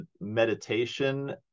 meditation